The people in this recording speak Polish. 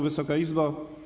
Wysoka Izbo!